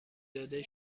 داده